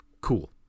Cool